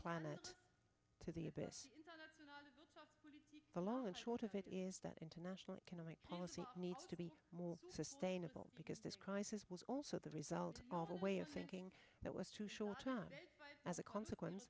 planet to the abyss the long and short of it is that international economic policy needs to be more sustainable because this crisis was also the result of all the way of thinking that was too short as a consequence